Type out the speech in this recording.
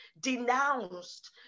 denounced